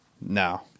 No